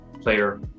player